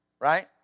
Right